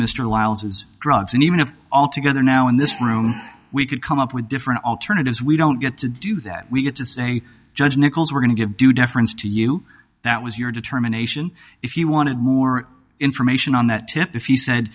wiles's drugs and even if all together now in this room we could come up with different alternatives we don't get to do that we get to saying judge nichols we're going to give due deference to you that was your determination if you wanted more information on that tip if he said